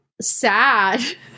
sad